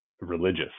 religious